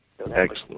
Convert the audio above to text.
Excellent